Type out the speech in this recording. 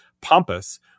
pompous